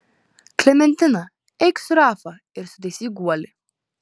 klementina eik su rafa ir sutaisyk guolį